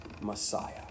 Messiah